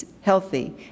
healthy